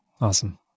Awesome